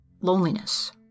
loneliness